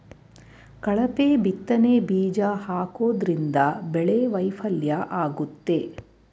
ಕಳಪೆ ಬಿತ್ತನೆ ಬೀಜ ಹಾಕೋದ್ರಿಂದ ಬೆಳೆ ವೈಫಲ್ಯ ಆಗುತ್ತೆ